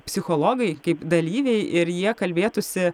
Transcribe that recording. psichologai kaip dalyviai ir jie kalbėtųsi